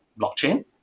blockchain